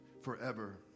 forever